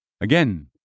Again